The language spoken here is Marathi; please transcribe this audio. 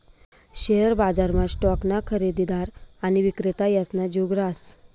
शेअर बजारमा स्टॉकना खरेदीदार आणि विक्रेता यासना जुग रहास